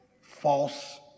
false